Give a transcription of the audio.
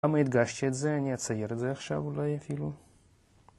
למה הדגשתי את זה? אני אצייר את זה עכשיו אולי אפילו.